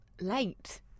Late